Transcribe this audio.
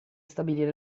stabilire